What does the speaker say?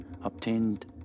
obtained